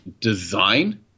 design